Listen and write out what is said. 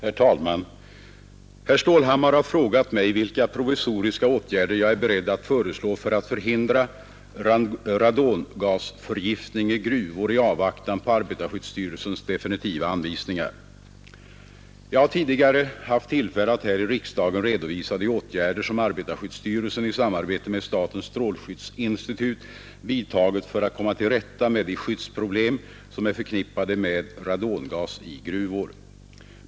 Herr talman! Herr Stålhammar har frågat mig vilka provisoriska åtgärder jag är beredd att föreslå för att förhindra radongasförgiftning i gruvor i avvaktan på arbetarskyddsstyrelsens definitiva anvisningar. Jag har tidigare haft tillfälle att här i riksdagen redovisa de åtgärder som arbetarskyddsstyrelsen i samarbete med statens strålskyddsinstitut vidtagit för att komma till rätta med de skyddsproblem som är förknippade med radongas i gruvor.